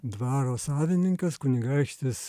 dvaro savininkas kunigaikštis